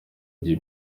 gihe